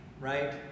right